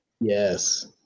Yes